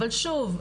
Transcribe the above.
אבל שוב,